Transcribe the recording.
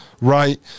right